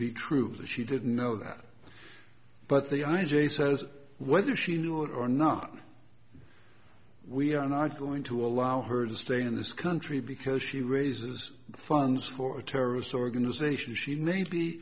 be true she didn't know that but the i j a says whether she knew it or not we are not going to allow her to stay in this country because she raises funds for a terrorist organization she may be